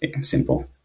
simple